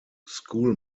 school